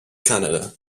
canada